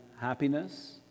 happiness